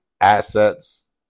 assets